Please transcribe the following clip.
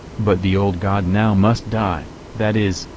but the old god now must die that is,